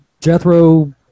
Jethro